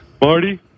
Marty